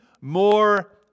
more